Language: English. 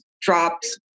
drops